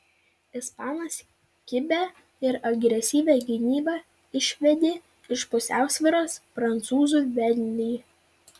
ispanas kibia ir agresyvia gynyba išvedė iš pusiausvyros prancūzų vedlį